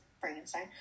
frankenstein